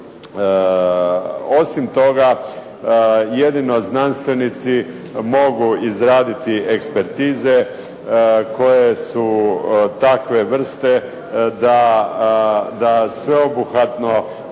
Osim toga, jedino znanstvenici mogu izraditi ekspertize koje su takve vrste da sve obuhvatno